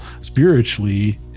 spiritually